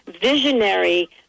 visionary